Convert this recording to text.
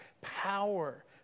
power